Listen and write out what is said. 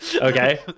okay